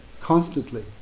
constantly